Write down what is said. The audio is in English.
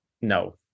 no